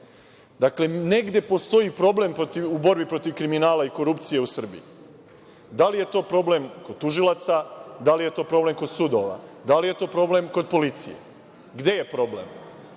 meru. Dakle, negde postoji problem u borbi protiv kriminala i korupcije u Srbiji. Da li je to problem kod tužilaca, da li je to problem kod sudova, da li je to problem kod policije? Gde je problem?